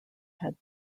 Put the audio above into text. had